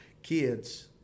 Kids